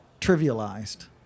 trivialized